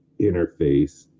interface